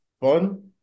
fun